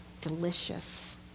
delicious